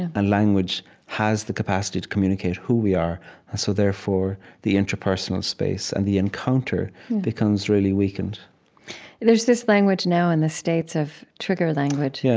and language has the capacity to communicate who we are and so, therefore, the interpersonal space and the encounter becomes really weakened there's this language now in the states of trigger language, yeah